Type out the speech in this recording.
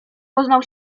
poznał